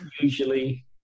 usually